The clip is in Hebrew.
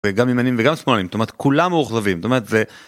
וגם ימינים וגם שמאלים, זאת אומרת כולם מאוכזבים, זאת אומרת זה...